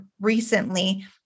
recently